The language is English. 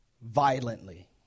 violently